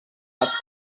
les